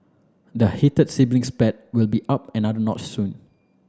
the heated sibling spat will be upped another notch soon